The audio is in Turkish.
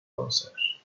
konser